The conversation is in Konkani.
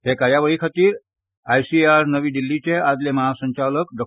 हे कार्यावळी खातीर आयसीएआर नवी दिल्लीचे आदले म्हासंचालक डॉ